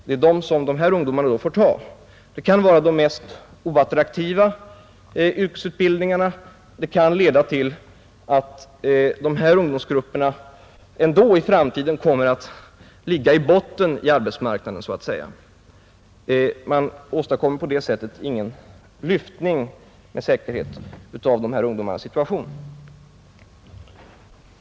Det kan vara de minst attraktiva yrkesutbildningarna, som kan leda till att dessa ungdomsgrupper ändå i framtiden kommer att ligga i botten på arbetsmarknaden, Man åstadkommer på det sättet inte med säkerhet någon lyftning av dessa ungdomars situation.